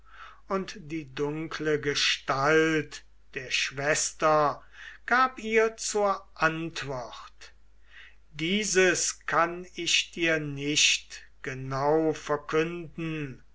und die dunkle gestalt der schwester gab ihr zur antwort dieses kann ich dir nicht genau verkünden